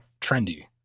trendy